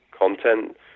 content